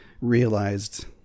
realized